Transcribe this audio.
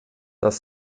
das